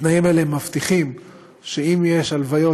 התנאים האלה מבטיחים שאם יש הלוויות,